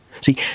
See